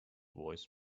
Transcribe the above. voice